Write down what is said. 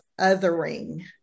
othering